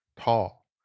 tall